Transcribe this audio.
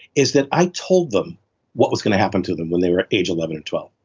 is that i told them what was going to happen to them when they were age eleven or twelve.